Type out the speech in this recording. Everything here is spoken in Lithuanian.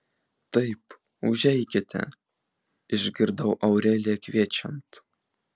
taip užeikite išgirdau aureliją kviečiant